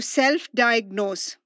self-diagnose